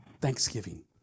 Thanksgiving